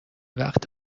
وقت